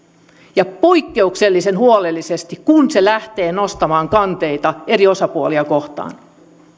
poikkeuksellisen huolellisesti kun se lähtee nostamaan kanteita eri osapuolia kohtaan